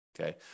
okay